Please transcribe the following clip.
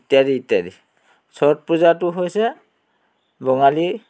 ইত্যাদি ইত্যাদি ছট পূজাটো হৈছে বঙালী